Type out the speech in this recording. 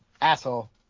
Asshole